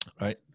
right